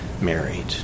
married